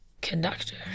conductor